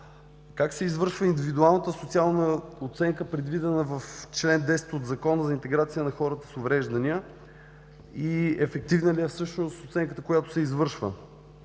Как се извършва индивидуалната социална оценка, предвидена в чл. 10 от Закона за интеграция на хората с увреждания и ефективна ли е всъщност оценката, която се извършва,